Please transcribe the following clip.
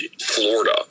Florida